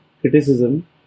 criticism